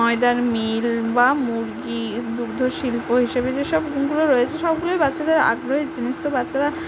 ময়দার মিল বা মুরগি দুগ্ধ শিল্প হিসেবে যেসব গুণগুলো রয়েছে সবগুলোই বাচ্চাদের আগ্রহের জিনিস তো বাচ্চারা